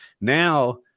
Now